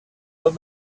but